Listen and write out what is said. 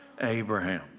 Abraham